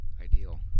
Ideal